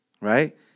right